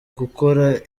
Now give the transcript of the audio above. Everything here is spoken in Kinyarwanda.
gukora